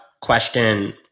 question